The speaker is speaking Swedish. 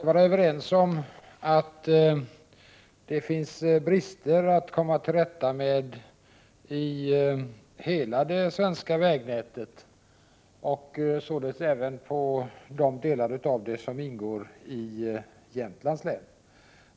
Herr talman! Vi kan i och för sig vara överens om att det finns brister i hela det svenska vägnätet att komma till rätta med, således även i vägnätet i Jämtlands län.